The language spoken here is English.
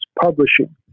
Publishing